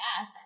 back